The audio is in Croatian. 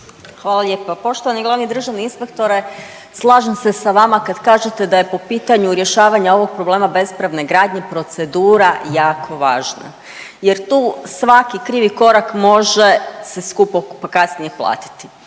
Hvala lijepa. Poštovani glavni državni inspektore, slažem se sa vama kad kažete da je po pitanju rješavanja ovog problema bespravne gradnje procedura jako važna jer tu svaki krivi korak može se skupo kasnije platiti,